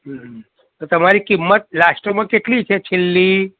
હં તો તમારી કિંમત લાસ્ટમાં કેટલી છે છેલ્લી